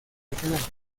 regionales